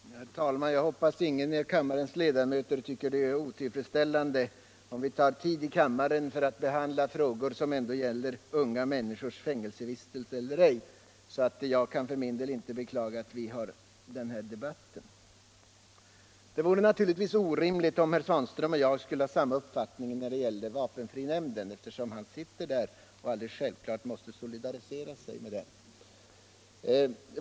Herr talman! Jag hoppas att ingen av kammarens ledamöter tycker att det är otillfredsställande att vi tar tid i anspråk för att behandla en fråga som ändå gäller, om unga människor skall hamna i fängelse eller inte. Jag kan för min del inte beklaga att vi för den här debatten. Det vore säkerligen orimligt om herr Svanström och jag skulle ha samma uppfattning när det gäller vapenfrinämnden, eftersom han tillhör nämnden och självfallet måste solidarisera sig med den.